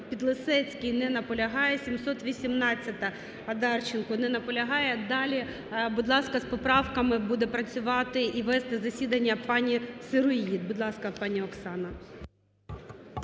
Підлісецький. Не наполягає. 718-а, Одарченко. Не наполягає. Далі, будь ласка, з поправками буде працювати і вести засідання пані Сироїд. Будь ласка, пані Оксана.